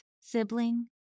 sibling